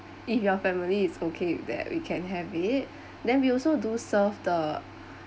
if your family is okay with that we can have it then we also do serve the